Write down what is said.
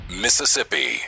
Mississippi